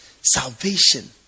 salvation